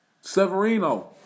Severino